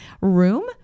room